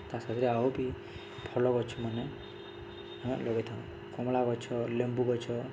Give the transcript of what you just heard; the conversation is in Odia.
ତା ସାଥିରେ ଆଉ ବି ଫଳ ଗଛ ମାନେ ଆମେ ଲଗାଇଥାଉ କମଳା ଗଛ ଲେମ୍ବୁ ଗଛ